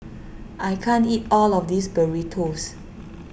I can't eat all of this Burritos